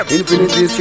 Infinity